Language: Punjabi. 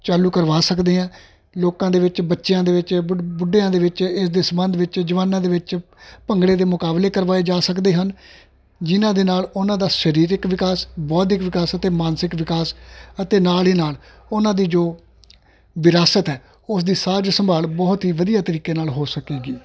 ਚਾਲੂ ਕਰਵਾ ਸਕਦੇ ਹਾਂ ਲੋਕਾਂ ਦੇ ਵਿੱਚ ਬੱਚਿਆਂ ਦੇ ਵਿੱਚ ਬੁੱਢਿਆਂ ਦੇ ਵਿੱਚ ਇਸ ਦੇ ਸੰਬੰਧ ਵਿੱਚ ਜਵਾਨਾਂ ਦੇ ਵਿੱਚ ਭੰਗੜੇ ਦੇ ਮੁਕਾਬਲੇ ਕਰਵਾਏ ਜਾ ਸਕਦੇ ਹਨ ਜਿਨ੍ਹਾਂ ਦੇ ਨਾਲ ਉਹਨਾਂ ਦਾ ਸਰੀਰਿਕ ਵਿਕਾਸ ਬੌਧਿਕ ਵਿਕਾਸ ਅਤੇ ਮਾਨਸਿਕ ਵਿਕਾਸ ਅਤੇ ਨਾਲ ਹੀ ਨਾਲ ਉਹਨਾਂ ਦੀ ਜੋ ਵਿਰਾਸਤ ਹੈ ਉਸ ਦੀ ਸਾਜ ਸੰਭਾਲ ਬਹੁਤ ਹੀ ਵਧੀਆ ਤਰੀਕੇ ਨਾਲ ਹੋ ਸਕੇਗੀ